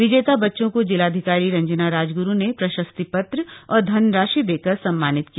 विजेता बच्चों को जिलाधिकारी रंजना राजग्रु ने प्रशस्ति पत्र और धनराशि देकर सम्मानित किया